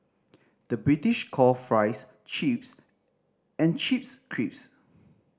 the British call fries chips and chips crisps